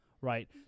right